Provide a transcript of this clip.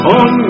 on